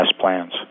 plans